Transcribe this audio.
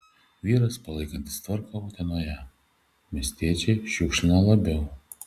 vyras palaikantis tvarką utenoje miestiečiai šiukšlina labiau